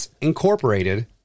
Incorporated